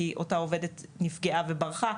כי אותה העובדת נפגעה וברחה,